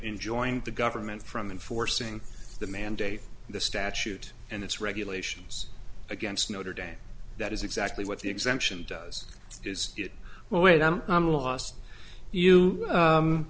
enjoying the government from enforcing the mandate the statute and its regulations against notre dame that is exactly what the exemption does is it well wait i'm lost you